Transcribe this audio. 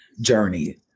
journey